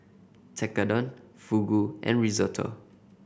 Tekkadon Fugu and Risotto